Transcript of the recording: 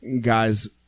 guys